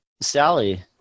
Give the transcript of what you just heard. Sally